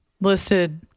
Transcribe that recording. listed